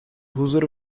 huzur